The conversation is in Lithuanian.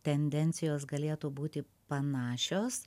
tendencijos galėtų būti panašios